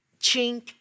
chink